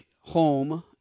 home